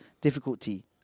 difficulty